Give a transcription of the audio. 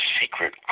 Secret